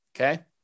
Okay